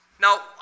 Now